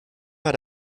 war